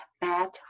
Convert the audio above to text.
bad